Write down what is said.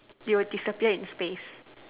it will disappear in space